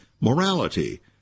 morality